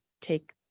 take